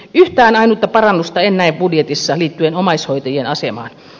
yhtään ainutta parannusta en näe budjetissa liittyen omaishoitajien asemaan